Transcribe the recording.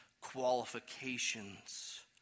qualifications